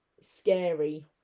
scary